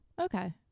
Okay